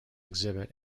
exhibit